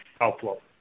outflow